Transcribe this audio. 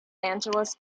angeles